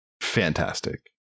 fantastic